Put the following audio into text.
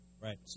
Right